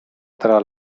tra